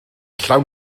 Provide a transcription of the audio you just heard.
llawn